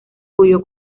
cuyo